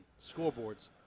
scoreboards